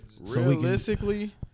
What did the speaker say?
Realistically